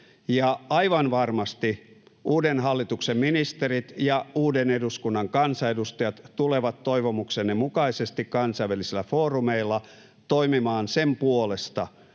aivan varmasti uuden hallituksen ministerit ja uuden eduskunnan kansanedustajat tulevat toivomuksenne mukaisesti kansainvälisillä foorumeilla toimimaan sen puolesta,